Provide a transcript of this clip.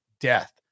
death